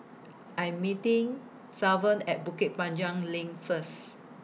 I'm meeting Sylvan At Bukit Panjang LINK First